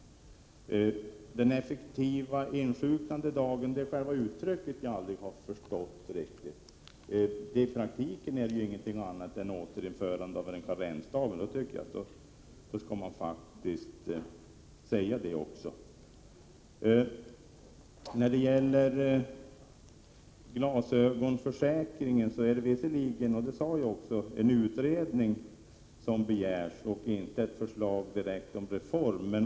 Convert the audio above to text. Den effektiva insjuknandedagen är ett uttryck som jag aldrig har förstått. I praktiken är det ingenting annat än ett återinförande av en karensdag. Då skall man faktiskt säga det. När det gäller glasögonförsäkringen är det visserligen, vilket också sades, en utredning som begärs och inte en reform.